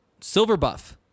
Silverbuff